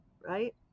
right